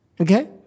Okay